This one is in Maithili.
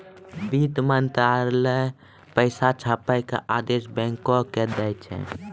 वित्त मंत्रालय पैसा छापै के आदेश बैंको के दै छै